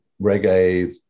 reggae